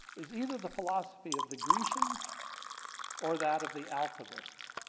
is either the philosophy of the grecians or that of the alchemists.